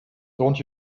don’t